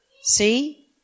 See